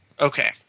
Okay